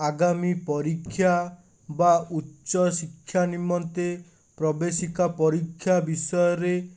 ଆଗାମୀ ପରୀକ୍ଷା ବା ଉଚ୍ଚଶିକ୍ଷା ନିମନ୍ତେ ପ୍ରବେଶିକା ପରୀକ୍ଷା ବିଷୟରେ